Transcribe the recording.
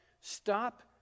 stop